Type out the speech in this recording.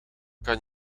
kan